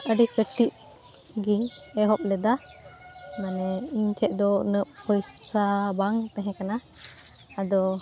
ᱟᱹᱰᱤ ᱠᱟᱹᱴᱤᱡ ᱜᱮᱧ ᱮᱦᱚᱵ ᱞᱮᱫᱟ ᱢᱟᱱᱮ ᱤᱧ ᱴᱷᱮᱡᱫᱚ ᱩᱱᱟᱹᱜ ᱯᱚᱭᱥᱟ ᱵᱟᱝ ᱛᱮᱦᱮᱸ ᱠᱟᱱᱟ ᱟᱫᱚ